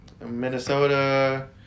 Minnesota